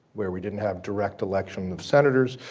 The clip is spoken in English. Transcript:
where we didn't have direct election of senators.